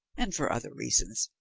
and for other reasons,